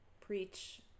preach